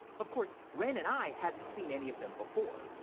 of course, wren and i hadn't seen any of them before.